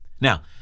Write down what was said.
Now